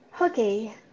Okay